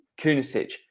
Kunisic